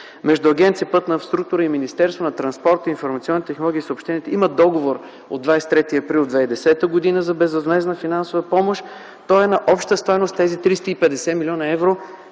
Между Агенция „Пътна инфраструктура” и Министерството на транспорта, информационните технологии и съобщенията има договор от 23 април 2010 г. за безвъзмездна финансова помощ. Той е на обща стойност 350 млн. евро,